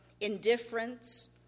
indifference